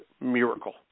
miracle